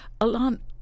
Alan